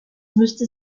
müsste